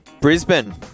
Brisbane